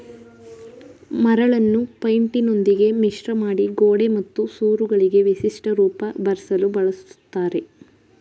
ಮರಳನ್ನು ಪೈಂಟಿನೊಂದಿಗೆ ಮಿಶ್ರಮಾಡಿ ಗೋಡೆ ಮತ್ತು ಸೂರುಗಳಿಗೆ ವಿಶಿಷ್ಟ ರೂಪ ಬರ್ಸಲು ಬಳುಸ್ತರೆ